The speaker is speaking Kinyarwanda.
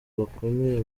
bakomeye